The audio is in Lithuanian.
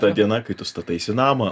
ta diena kai tu stataisi namą